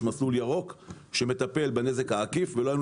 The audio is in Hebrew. יש מסלול ירוק שמטפל בנזק העקיף ולא היינו